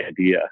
idea